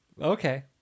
okay